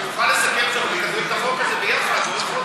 שנוכל לסכם שאנחנו מקדמים את החוק הזה יחד עוד חודש.